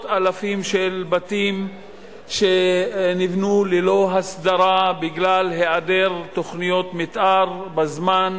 אלפים של בתים שנבנו ללא הסדרה בגלל היעדר תוכניות מיתאר בזמן,